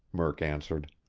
murk answered.